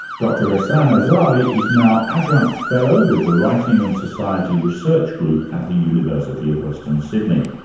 dr ehsan azari is now adjunct fellow with the writing in society research group at the university of western sydney.